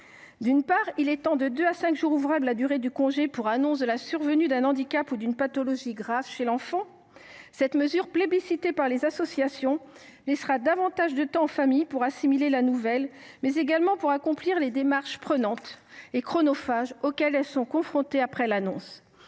D’une part, cet article étend de deux à cinq jours ouvrables la durée du congé pour annonce de la survenue d’un handicap ou d’une pathologie grave chez l’enfant. Cette mesure, plébiscitée par les associations, laissera davantage de temps aux familles pour assimiler la nouvelle et accomplir les démarches prenantes et chronophages auxquelles elles sont confrontées après l’annonce.